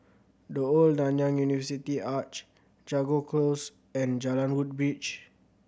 The Old Nanyang University Arch Jago Close and Jalan Woodbridge